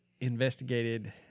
investigated